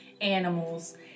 animals